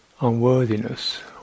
unworthiness